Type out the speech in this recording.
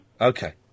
Okay